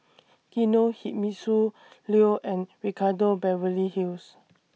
Kinohimitsu Leo and Ricardo Beverly Hills